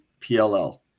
PLL